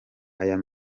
ayo